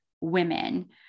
women